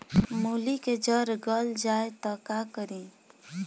मूली के जर गल जाए त का करी?